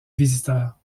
visiteurs